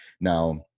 Now